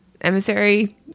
emissary